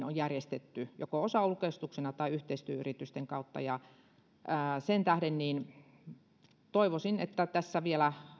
on järjestetty joko osaulkoistuksena tai yhteistyöyritysten kautta sen tähden toivoisin että tässä vielä